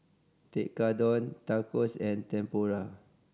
Tekkadon Tacos and Tempura